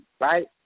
right